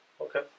Okay